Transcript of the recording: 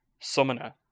summoner